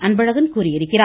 அன்பழகன் கூறியிருக்கிறார்